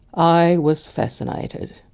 i was fascinated.